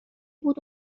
بود